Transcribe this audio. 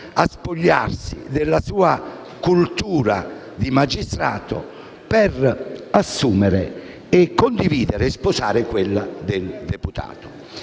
a spogliarsi della sua cultura di magistrato per assumere, condividere e sposare quella di membro